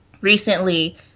recently